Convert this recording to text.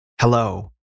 Hello